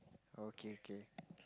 okay okay